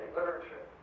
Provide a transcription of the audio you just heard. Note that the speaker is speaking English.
literature